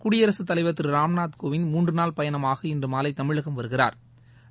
குடியரசுத் தலைவர் திருராம்நாத் கோவிந்த் மூன்றுநாள் பயணமாக இன்றுமாலைதமிழகம் வருகிறாா்